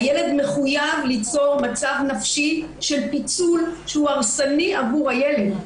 הילד מחויב ליצור מצב נפשי של פיצול שהוא הרסני עבור הילד.